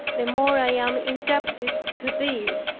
the more i am indebted to thee,